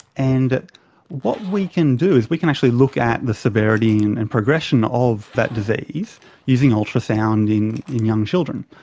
and what we can do is we can actually look at the severity and and progression of that disease using ultrasound in in young children,